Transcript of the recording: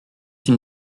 une